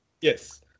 Yes